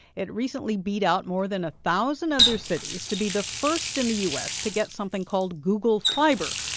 it recently beat out more than a thousand other cities to be the first in the u s. to get something called google fiber.